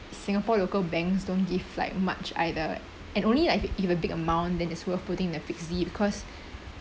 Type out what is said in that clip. singapore local banks don't give like much either and only like if you have a big amount than it's worth putting in a fixed D cause